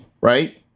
right